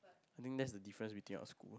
I think that's the difference between our school